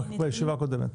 בישיבה הקודמת.